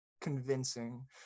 convincing